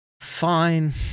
fine